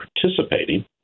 participating